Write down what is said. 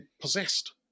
possessed